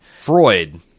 Freud